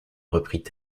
reprit